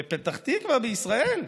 אבל בפתח תקווה בישראל?